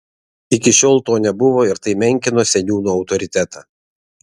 iki šiol to nebuvo ir tai menkino seniūno autoritetą